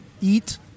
eat